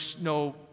no